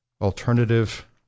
Alternative